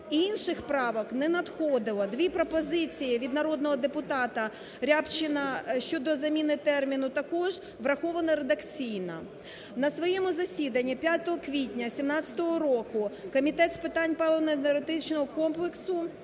Інших правок не надходило. Дві пропозиції від народного депутата Рябчина щодо заміни терміну також враховано редакційно. На своєму засіданні 5 квітня 17-го року Комітет з питань паливно-енергетичного комплексу